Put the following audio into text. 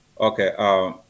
Okay